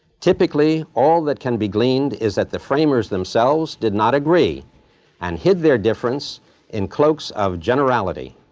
typically, all that can be gleaned is that the framers themselves did not agree and hid their difference in cloaks of generality.